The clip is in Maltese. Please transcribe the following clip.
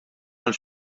għal